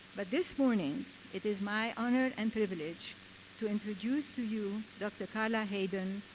but this morning it is my honor and privilege to introduce to you dr. carla hayden,